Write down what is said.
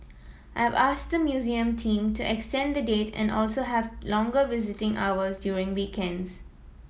I've asked the museum team to extend the date and also to have longer visiting hours during weekends